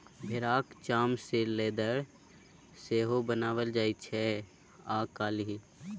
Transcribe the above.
भेराक चाम सँ लेदर सेहो बनाएल जाइ छै आइ काल्हि